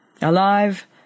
Alive